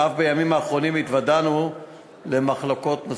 ואף בימים האחרונים התוודענו למחלוקות נוספות.